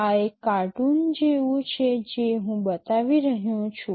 આ એક કાર્ટૂન જેવું છે જે હું બતાવી રહ્યો છું